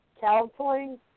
counseling